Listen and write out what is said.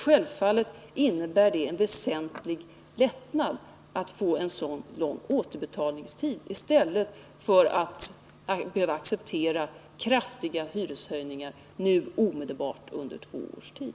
Självfallet innebär det en väsentlig lättnad att få en så lång återbetalningstid i stället för att nu omedelbart behöva acceptera kraftiga hyreshöjningar under två års tid.